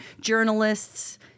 Journalists